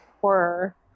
horror